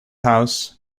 house